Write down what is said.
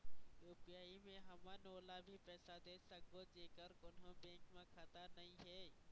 UPI मे हमन ओला भी पैसा दे सकबो जेकर कोन्हो बैंक म खाता नई हे?